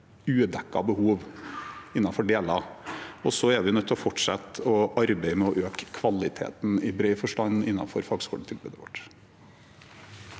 udekkede behov innenfor noen deler. Og så er vi nødt til å fortsette å arbeide med å øke kvaliteten i bred forstand innenfor fagskoletilbudet.